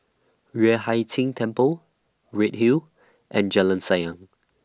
Yueh Hai Ching Temple Redhill and Jalan Sayang